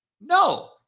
No